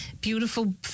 beautiful